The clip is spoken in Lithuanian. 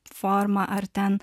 forma ar ten